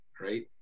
right